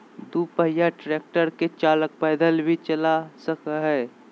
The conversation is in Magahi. दू पहिया ट्रेक्टर के चालक पैदल भी चला सक हई